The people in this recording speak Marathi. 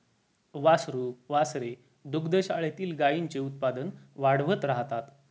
वासरू वासरे दुग्धशाळेतील गाईंचे उत्पादन वाढवत राहतात